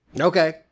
Okay